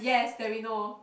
yes that we know